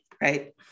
Right